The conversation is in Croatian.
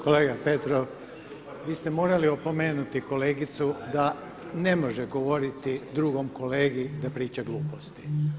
Kolega Petrov, vi ste morali opomenuti kolegicu da ne može govoriti drugom kolegi da priča gluposti.